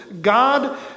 God